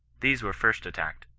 these were first attacked,